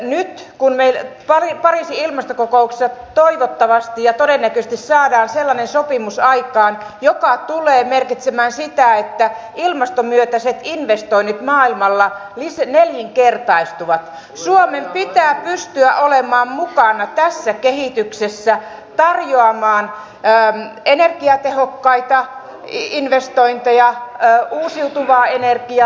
nyt kun pariisin ilmastokokouksessa toivottavasti ja todennäköisesti saamme sellaisen sopimuksen aikaan joka tulee merkitsemään sitä että ilmastomyönteiset investoinnit maailmalla nelinkertaistuvat suomen pitää pystyä olemaan mukana tässä kehityksessä tarjoamaan energiatehokkaita investointeja uusiutuvaa energiaa